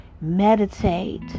meditate